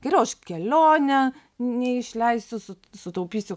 geriau aš kelionę neišleisiu su sutaupysiu